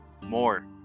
more